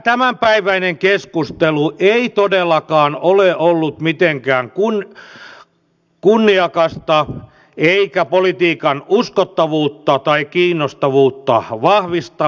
tämänpäiväinen keskustelu ei todellakaan ole ollut mitenkään kunniakasta eikä politiikan uskottavuutta tai kiinnostavuutta vahvistavaa